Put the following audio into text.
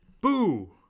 Boo